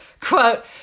quote